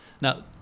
Now